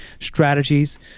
strategies